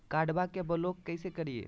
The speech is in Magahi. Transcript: कार्डबा के ब्लॉक कैसे करिए?